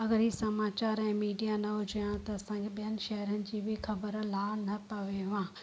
अगरि ई समाचार ऐं मीडिया न हुजेव त असांखे ॿियनि शहरनि जी बि ख़बर लाइ न पवे आहे